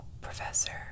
Professor